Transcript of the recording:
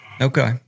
Okay